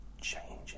changing